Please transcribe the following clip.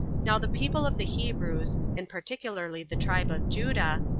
now the people of the hebrews, and particularly the tribe of judah,